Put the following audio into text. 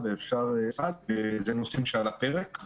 אלה הנושאים שעל הפרק.